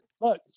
Look